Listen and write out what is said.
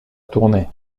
tournée